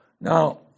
Now